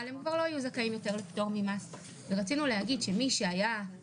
ובלבד שהוא זכאי לפטור ממס לפי הוראות